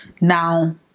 now